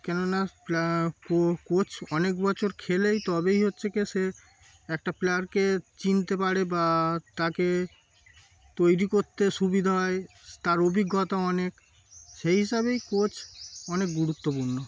কেন না প্লেয়া কো কোচ অনেক বছর খেলেই তবেই হচ্ছে কি সে একটা প্লেয়ারকে চিনতে পারে বা তাকে তৈরি করতে সুবিধা হয় তার অভিজ্ঞতা অনেক সেই হিসাবেই কোচ অনেক গুরুত্বপূর্ণ